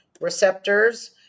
receptors